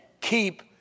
keep